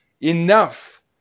enough